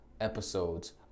episodes